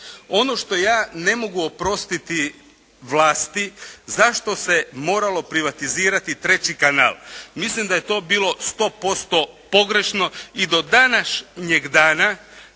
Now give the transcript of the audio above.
Ono što ja ne mogu oprostiti vlasti zašto se moralo privatizirati 3. kanal. Mislim da je to bilo 100% pogrešno i do današnjeg dana,